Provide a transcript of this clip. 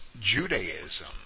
Judaism